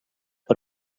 per